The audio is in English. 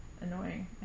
annoying